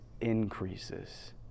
increases